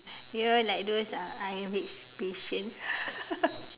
you know like those uh I_M_H patients